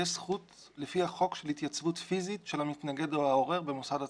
יש זכות לפי החוק של התייצבות פיסית של המתנגד או העורר במוסד התכנון.